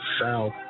South